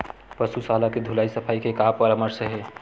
पशु शाला के धुलाई सफाई के का परामर्श हे?